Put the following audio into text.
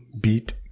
beat